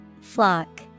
Flock